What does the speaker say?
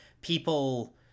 people